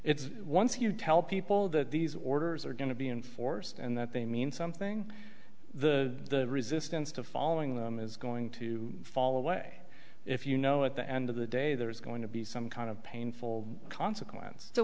it's once you tell people that these orders are going to be enforced and that they mean something the resistance to following them is going to fall away if you know at the end of the day there is going to be some kind of painful consequence so